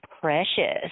Precious